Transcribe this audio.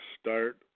start